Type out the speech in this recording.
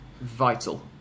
vital